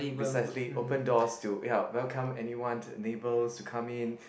precisely open doors to ya welcome anyone neighbours to come in